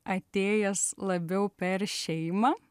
atėjęs labiau per šeimą